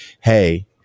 hey